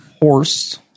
Horse